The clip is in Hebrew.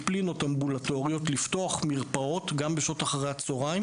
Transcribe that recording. דיסציפלינות אמבולטוריות לפתוח מרפאות גם בשעות אחרי הצוהריים.